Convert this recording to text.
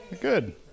Good